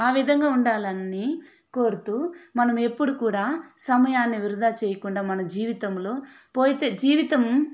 ఆ విధంగా ఉండాలి అన్నీ కోరుతూ మనం ఎప్పుడూ కూడా సమయాన్ని వృధా చేయకుండా మన జీవితంలో పోతే జీవితం